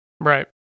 right